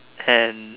and